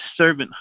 servanthood